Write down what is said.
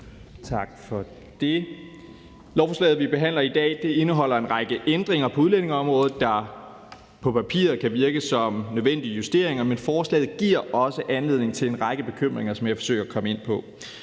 Tak for det. Lovforslaget, vi behandler i dag, indeholder en række ændringer på udlændingeområdet, der på papiret kan virke som nødvendige justeringer, men forslaget giver også anledning til en række bekymringer, som jeg vil forsøge at komme ind på.